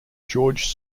george